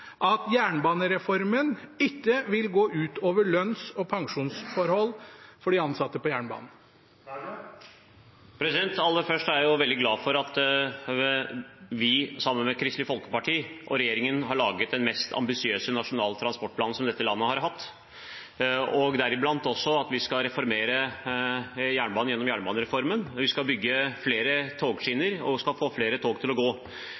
at jernbanereformen ikke vil gå ut over lønns- og pensjonsforhold for de ansatte på jernbanen? Aller først er jeg veldig glad for at vi sammen med Kristelig Folkeparti og regjeringen har laget den mest ambisiøse nasjonale transportplanen som dette landet har hatt, og deriblant også at vi skal reformere jernbanen gjennom jernbanereformen. Vi skal bygge flere togskinner, og vi skal få flere tog til å gå.